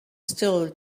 still